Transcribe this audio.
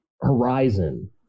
Horizon